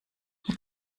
mit